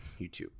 YouTube